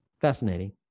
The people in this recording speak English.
fascinating